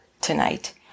tonight